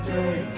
day